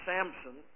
Samson